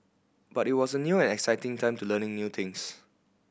but it was a new and exciting time to learning new things